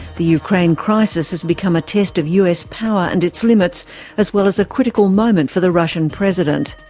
the ukraine crisis has become a test of us power and its limits as well as a critical moment for the russian president.